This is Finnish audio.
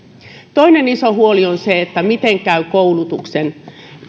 toinen iso huoli on se miten käy koulutuksen